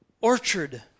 orchard